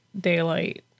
Daylight